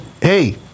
hey